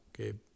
okay